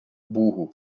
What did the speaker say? burro